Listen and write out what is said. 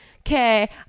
okay